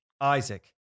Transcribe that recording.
isaac